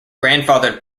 grandfathered